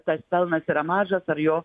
tas pelnas yra mažas ar jo